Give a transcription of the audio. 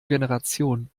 generation